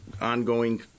ongoing